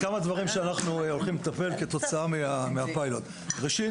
כמה דברים שבהם אנחנו הולכים לטפל כתוצאה מהפיילוט: ראשית,